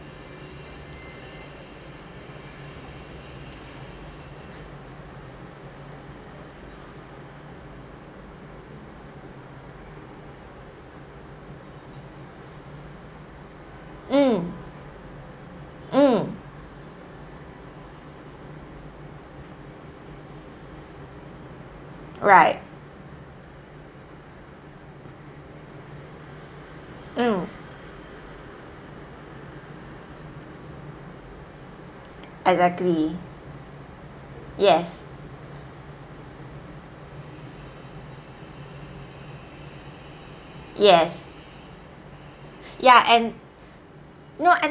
mm mm right mm exactly yes yes ya and no